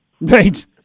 Right